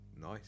Nice